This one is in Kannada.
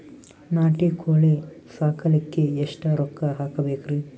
ನಾಟಿ ಕೋಳೀ ಸಾಕಲಿಕ್ಕಿ ಎಷ್ಟ ರೊಕ್ಕ ಹಾಕಬೇಕ್ರಿ?